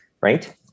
right